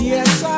Yes